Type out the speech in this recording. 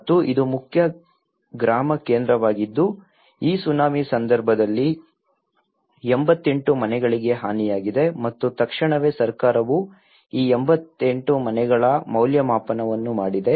ಮತ್ತು ಇದು ಮುಖ್ಯ ಗ್ರಾಮ ಕೇಂದ್ರವಾಗಿದ್ದು ಈ ಸುನಾಮಿ ಸಂದರ್ಭದಲ್ಲಿ 88 ಮನೆಗಳಿಗೆ ಹಾನಿಯಾಗಿದೆ ಮತ್ತು ತಕ್ಷಣವೇ ಸರ್ಕಾರವು ಈ 88 ಮನೆಗಳ ಮೌಲ್ಯಮಾಪನವನ್ನು ಮಾಡಿದೆ